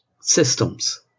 Systems